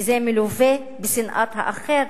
כי זה מלווה בשנאת האחר.